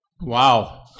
Wow